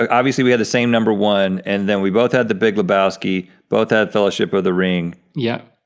ah obviously we had the same number one, and then we both had the big lebowski, both had fellowship of the ring. yeah.